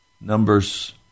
Numbers